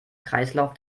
kreislauf